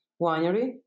winery